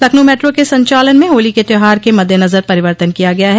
Lucknow metro के संचालन में होली के त्यौहार के मद्देनजर परिवर्तन किया गया है